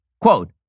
Quote